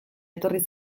etorri